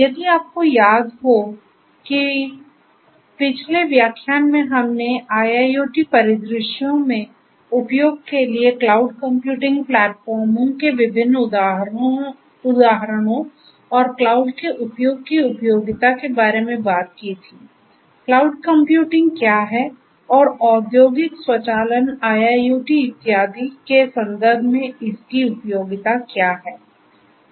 यदि आपको याद हो कि पिछले व्याख्यान में हमने IIoT परिदृश्यों में उपयोग के लिए क्लाउड कंप्यूटिंग प्लेटफार्मों के विभिन्न उदाहरणों और क्लाउड के उपयोग की उपयोगिता के बारे में भी बात की थी क्लाउड कंप्यूटिंग क्या है और औद्योगिक स्वचालन IIoT इत्यादि के संदर्भ में इसकी उपयोगिता क्या है